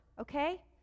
okay